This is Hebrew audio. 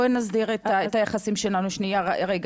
בואי נסדיר את הדיון הזה רגע.